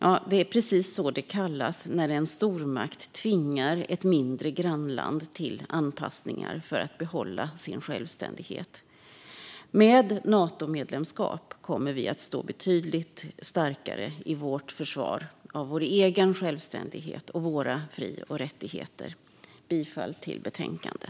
Ja, det är precis så det kallas när en stormakt tvingar ett mindre grannland till anpassningar för att det ska få behålla sin självständighet. Med ett Natomedlemskap kommer vi att stå betydligt starkare i vårt försvar av vår egen självständighet och våra fri och rättigheter. Jag yrkar bifall till utskottets förslag i betänkandet.